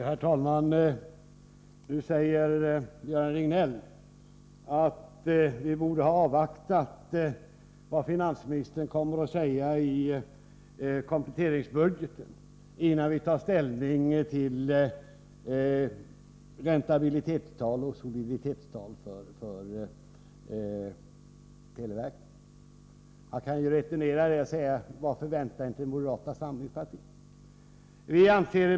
Herr talman! Göran Riegnell säger att vi borde ha avvaktat vad finansministern kommer att säga i kompletteringsbudgeten innan vi tar ställning till räntabilitetstal och soliditetstal för televerket. Jag kan ju returnera det och säga: Varför väntade inte moderata samlingspartiet med sitt ställningstagande?